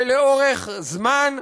ולאורך זמן,